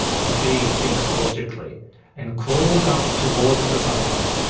the bee thinks logically and crawls up towards the sunlight.